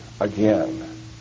again